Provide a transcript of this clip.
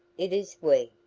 it is we.